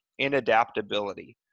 inadaptability